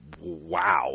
wow